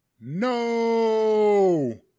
No